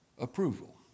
approval